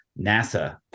nasa